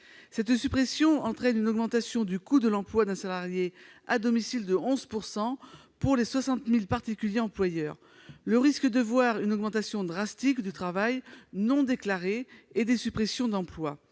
Cette suppression entraîne une augmentation du coût de l'emploi d'un salarié à domicile de 11 % pour les 60 000 particuliers employeurs. Elle risque de conduire à une augmentation drastique du travail non déclaré et à des suppressions d'emploi.